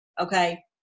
Okay